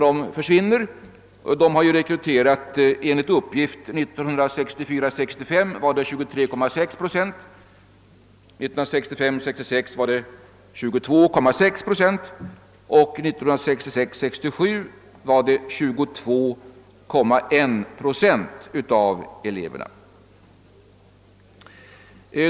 Dessa linjer har enligt uppgift rekryterat 1964 66 22,6 procent och 1966/67 22,1 procent av eleverna.